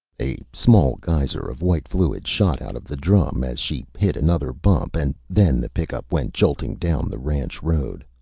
a small geyser of white fluid shot out of the drum as she hit another bump and then the pickup went jolting down the ranch road,